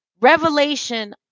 revelation